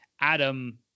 Adam